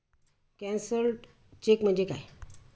Cancelled cheque म्हणजे काय?